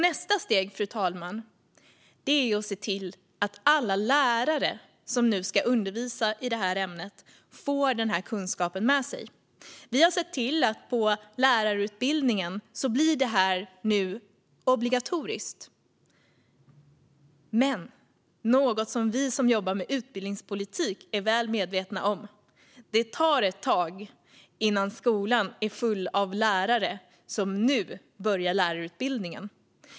Nästa steg, fru talman, är att se till att alla lärare som nu ska undervisa i det här ämnet får den här kunskapen med sig. Vi har sett till att detta nu blir obligatoriskt på lärarutbildningen. Men något som vi som jobbar med utbildningspolitik är väl medvetna om är att det tar ett tag innan skolan är full av lärare som nu börjar lärarutbildningen.